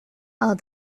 all